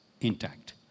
intact